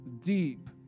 deep